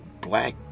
black